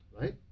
right